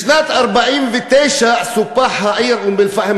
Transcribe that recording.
בשנת 1949 סופחה העיר אום-אלפחם,